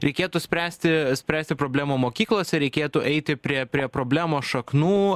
reikėtų spręsti spręsti problemą mokyklose reikėtų eiti prie prie problemos šaknų